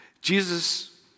Jesus